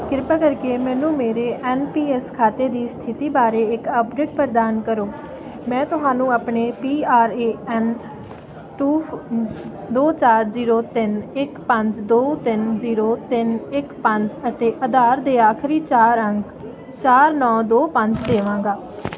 ਕ੍ਰਿਪਾ ਕਰਕੇ ਮੈਨੂੰ ਮੇਰੇ ਐੱਨ ਪੀ ਐੱਸ ਖਾਤੇ ਦੀ ਸਥਿਤੀ ਬਾਰੇ ਇੱਕ ਅਪਡੇਟ ਪ੍ਰਦਾਨ ਕਰੋ ਮੈਂ ਤੁਹਾਨੂੰ ਆਪਣੇ P R A N two ਦੋ ਚਾਰ ਜੀਰੋ ਤਿੰਨ ਇੱਕ ਪੰਜ ਦੋ ਤਿੰਨ ਜੀਰੋ ਤਿੰਨ ਇੱਕ ਪੰਜ ਅਤੇ ਆਧਾਰ ਦੇ ਆਖਰੀ ਚਾਰ ਅੰਕ ਚਾਰ ਨੌਂ ਦੋ ਪੰਜ ਦੇਵਾਂਗਾ